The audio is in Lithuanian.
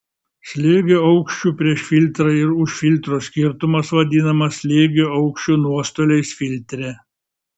slėgio aukščių prieš filtrą ir už filtro skirtumas vadinamas slėgio aukščio nuostoliais filtre